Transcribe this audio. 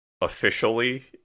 officially